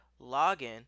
Login